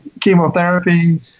chemotherapy